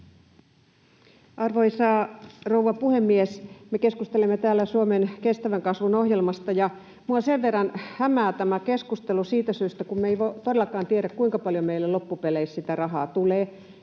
Arvoisa rouva puhemies! Me keskustelemme täällä Suomen kestävän kasvun ohjelmasta, ja minua hämää tämä keskustelu siitä syystä, kun me emme todellakaan tiedä, kuinka paljon meille loppupeleissä sitä rahaa tulee.